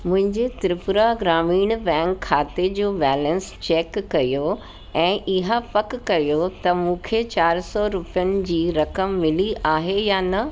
मुंहिंजे त्रिपुरा ग्रामीण बैंक खाते जो बैलेंस चेक कयो ऐं इहा पक कयो त मूंखे चारि सौ रुपियनि जी रक़म मिली आहे या न